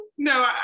No